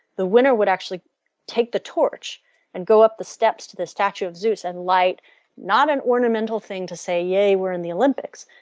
the winner would actually take the torch and go up the steps to this statute of zeus and light not an ornamental thing to say hey we're in the olympics,